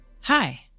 Hi